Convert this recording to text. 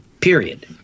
period